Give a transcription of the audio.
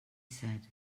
said